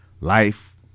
Life